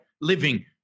living